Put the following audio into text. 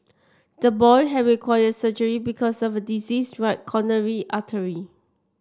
the boy have required surgery because of a diseased right coronary artery